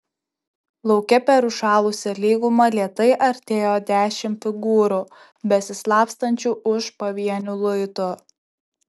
lauke per užšalusią lygumą lėtai artėjo dešimt figūrų besislapstančių už pavienių luitų